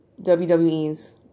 WWE's